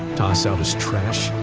toss out as trash,